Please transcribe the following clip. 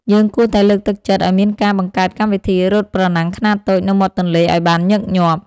យើងគួរតែលើកទឹកចិត្តឱ្យមានការបង្កើតកម្មវិធីរត់ប្រណាំងខ្នាតតូចនៅមាត់ទន្លេឱ្យបានញឹកញាប់។